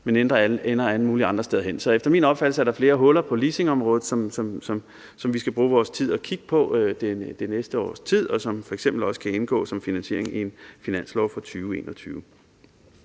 mulige andre steder. Så efter min opfattelse er der flere huller på leasingområdet, som vi skal bruge tid på at kigge på det næste års tid, og som f.eks. også kan indgå som finansiering i en finanslov for 2021.